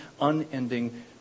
unending